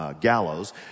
gallows